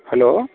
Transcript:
hello